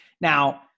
Now